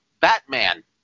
Batman